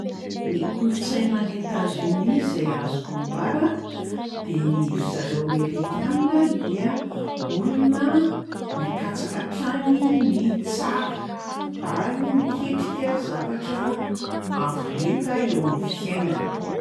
Ny kolotsaina any États-Unis zay azoko ambara de ny: ry zareo amerikana dia olona mikatsaka hatrany ny tsara ary miketrika zavatra avo lenta eo am'fiainana.